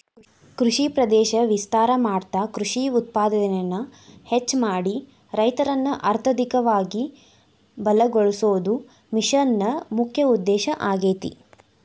ಕೃಷಿ ಪ್ರದೇಶ ವಿಸ್ತಾರ ಮಾಡ್ತಾ ಕೃಷಿ ಉತ್ಪಾದನೆನ ಹೆಚ್ಚ ಮಾಡಿ ರೈತರನ್ನ ಅರ್ಥಧಿಕವಾಗಿ ಬಲಗೋಳಸೋದು ಮಿಷನ್ ನ ಮುಖ್ಯ ಉದ್ದೇಶ ಆಗೇತಿ